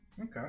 Okay